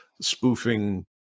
spoofing